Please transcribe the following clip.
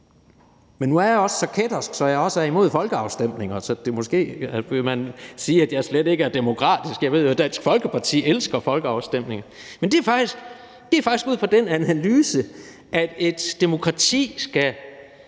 men nu er jeg også så kættersk, at jeg også er imod folkeafstemninger, så måske vil man sige, at jeg slet ikke er demokratisk, og jeg ved jo, at Dansk Folkeparti elsker folkeafstemninger. Men det er faktisk ud fra den analyse, at et demokrati skal